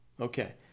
Okay